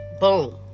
Boom